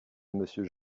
monsieur